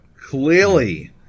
clearly